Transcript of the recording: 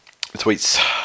tweets